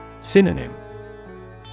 Synonym